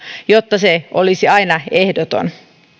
jotta se olisi aina ehdoton